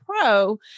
pro